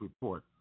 report